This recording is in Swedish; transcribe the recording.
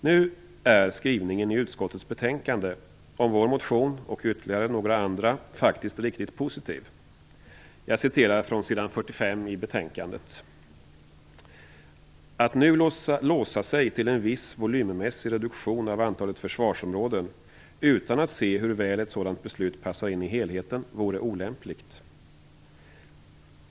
Nu är skrivningen i utskottets betänkande om vår motion och några andra faktiskt riktigt positiv. Jag citerar från s. 45 i betänkandet: "Att nu låsa sig till en viss volymmässig reduktion av antalet försvarsområden, utan att se hur väl ett sådant beslut passar in i helheten, vore olämpligt.